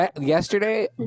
Yesterday